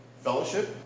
Fellowship